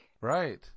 Right